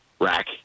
rack